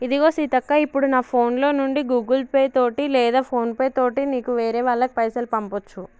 ఇదిగో సీతక్క ఇప్పుడు నా ఫోన్ లో నుండి గూగుల్ పే తోటి లేదా ఫోన్ పే తోటి నీకు వేరే వాళ్ళకి పైసలు పంపొచ్చు